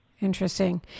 Interesting